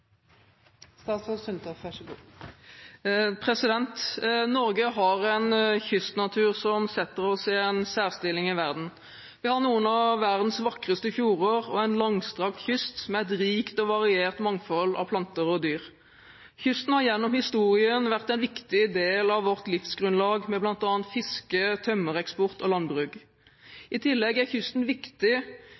en langstrakt kyst med et rikt og variert mangfold av planter og dyr. Kysten har gjennom historien vært en viktig del av vårt livsgrunnlag med bl.a. fiske, tømmereksport og landbruk. I tillegg er kysten viktig